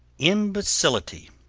imbecility,